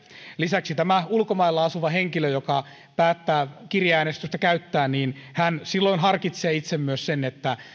lisäksi ulkomailla asuva henkilö joka päättää kirjeäänestystä käyttää silloin harkitsee itse myös